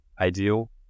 ideal